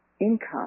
income